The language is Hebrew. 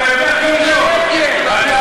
היא שקר.